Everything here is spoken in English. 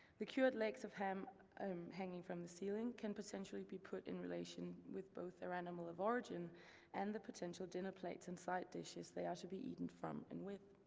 the cured legs of ham um hanging from the ceiling can potentially be put in relation with both their animal of origin and the potential dinner plates and side dishes they are to be eaten from and with.